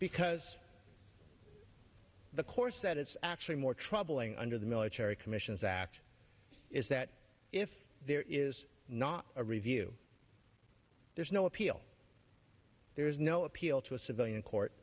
because the course that it's actually more troubling under the military commissions act is that if there is not a review there's no appeal there's no appeal to a civilian court